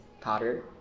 Potter